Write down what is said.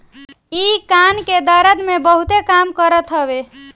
इ कान के दरद में बहुते काम करत हवे